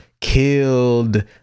killed